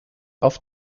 auf